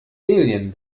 alien